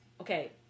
okay